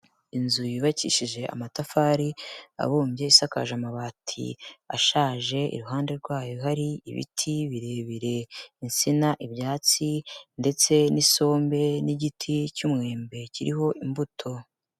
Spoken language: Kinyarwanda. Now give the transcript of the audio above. Inzu yubakishije amatafari abumbye isakaje amabati ashaje, iruhande rwayo hari ibiti birebire insina, ibyatsi ndetse n'isombe n'igiti cy'umwembe kiriho imbuto.